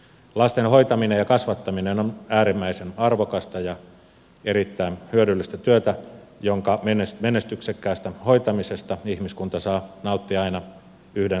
lasten hoitaminen ja kasvattaminen on äärimmäisen arvokasta ja erittäin hyödyllistä työtä jonka menestyksekkäästä hoitamisesta ihmiskunta saa nauttia aina yhden sukupolven ajan